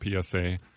PSA